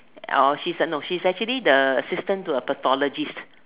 or or no he's actually the assistant to a pathologist